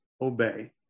obey